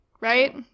right